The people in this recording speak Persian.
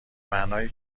معنای